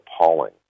appalling